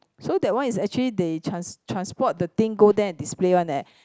so that one it's actually they trans~ transport the thing go there and display one leh